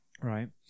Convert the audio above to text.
Right